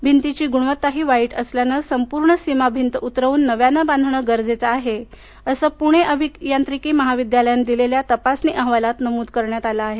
भिंतीची गुणवत्ताही वाईट असल्याने संपूर्ण सिमाभिंत उतरवून नव्याने बांधणे गरजेचे आहे असं पूणे अभियांत्रिकी महाविद्यालयाने दिलेल्या तपासणी अहवालामध्ये नमूद केलं आहे